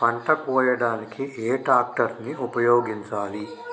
పంట కోయడానికి ఏ ట్రాక్టర్ ని ఉపయోగించాలి?